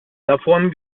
davon